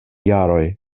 jaroj